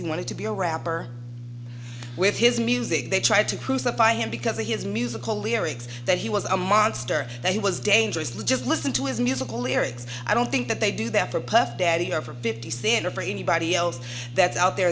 he wanted to be a rapper with his music they tried to crucify him because of his musical lyrics that he was a monster that he was dangerously just listen to his music lyrics i don't think that they do that for puff daddy or for fifty's thin or for anybody else that's out there